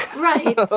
Right